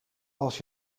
als